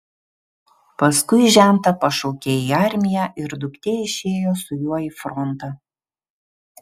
paskui žentą pašaukė į armiją ir duktė išėjo su juo į frontą